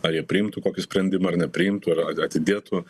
ar jie priimtų kokį sprendimą ar nepriimtų ar atidėtų